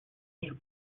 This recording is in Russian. этих